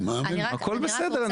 הכול בסדר.